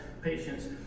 patients